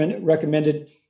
recommended